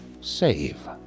save